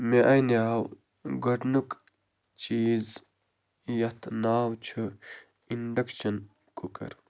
مےٚ اَنیاو گۄڈٕنیُک چیٖز یَتھ ناو چھُ اِنڈَکشَن کُکَر